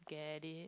get it